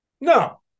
No